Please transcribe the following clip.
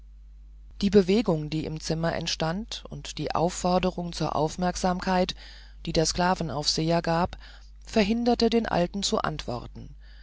die bewegung die im zimmer entstand und die aufforderung zur aufmerksamkeit die der sklavenaufseher gab verhinderte den alten zu antworten